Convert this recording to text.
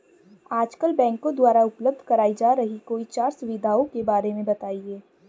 आजकल बैंकों द्वारा उपलब्ध कराई जा रही कोई चार सुविधाओं के बारे में बताइए?